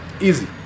Easy